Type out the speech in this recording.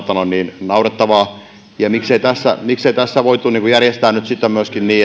aivan naurettavaa miksei tässä voitu järjestää myöskin tätä niin